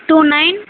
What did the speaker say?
two nine